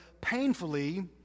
painfully